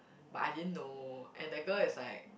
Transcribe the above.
but I didn't know and that girl is like